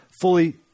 fully